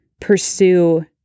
pursue